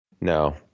No